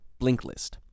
Blinklist